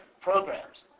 programs